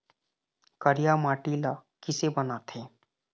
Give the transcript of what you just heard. करिया माटी ला किसे बनाथे?